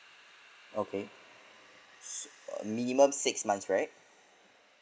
okay minimum six months right